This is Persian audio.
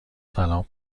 سلام